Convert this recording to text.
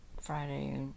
Friday